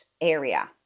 area